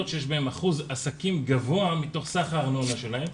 שיש בהן אחוז עסקים גבוה מתוך סך הארנונה שלהם.